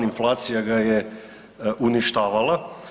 Inflacija ga je uništavala.